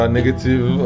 negative